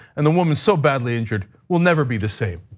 and the woman so badly injured will never be the same.